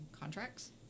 contracts